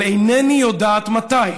אבל אינני יודעת מתי.